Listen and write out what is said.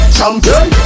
Champion